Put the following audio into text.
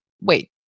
Wait